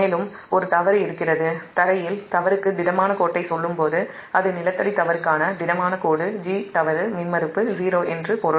மேலும் ஒரு தவறு இருக்கிறது க்ரவுன்ட்ல் தவறுக்கு திடமான கோட்டைச் சொல்லும்போதுஅது க்ரவுன்ட் தவறுக்கான திடமான கோடு 'g'தவறு மின்மறுப்பு '0' என்று பொருள்